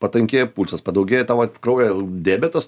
patankėja pulsas padaugėja tau vat kraujyje diabetas